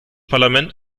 parlament